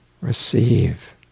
receive